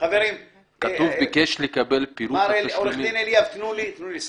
העניין שזה